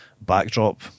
backdrop